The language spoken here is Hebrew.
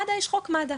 לגבי מד"א, יש חוק מד"א.